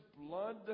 blood